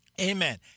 Amen